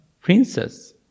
princess